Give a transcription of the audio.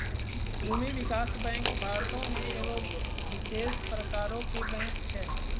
भूमि विकास बैंक भारतो मे एगो विशेष प्रकारो के बैंक छै